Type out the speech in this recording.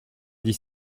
dix